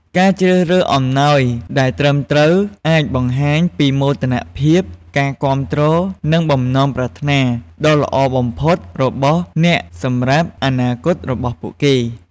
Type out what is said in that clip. ការជ្រើសរើសអំណោយដែលត្រឹមត្រូវអាចបង្ហាញពីមោទនភាព ការគាំទ្រ និងបំណងប្រាថ្នាដ៏ល្អបំផុតរបស់អ្នកសម្រាប់អនាគតរបស់ពួកគេ។